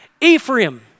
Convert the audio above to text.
Ephraim